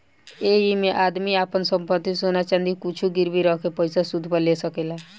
ऐइमे आदमी आपन संपत्ति, सोना चाँदी कुछु गिरवी रख के पइसा सूद पर ले सकेला